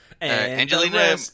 Angelina